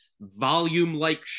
volume-like